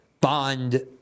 bond